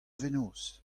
fenoz